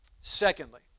Secondly